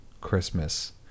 Christmas